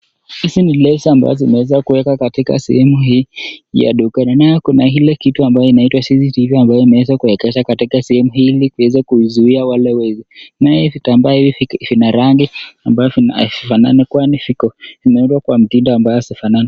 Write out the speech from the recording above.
Hizi ni leso ambazo zimeweza kuwekwa katika sehemu hii ya dukani. Nayo kuna hii kitu ambayo inaitwa CCTV, , ambayo imeweza kuwekezwa katika sehemu hii ili kuweza kuwazuia wale wezi. Naye vitambaa vina rangi ambayo havifananani kwani vimewekwa kwa mtindo ambao havifanani.